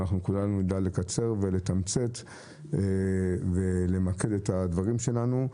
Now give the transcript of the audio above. אם כולנו נדע לקצר ולתמצת ולמקד את הדברים שלנו.